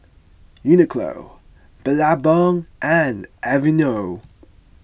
Uniqlo Billabong and Aveeno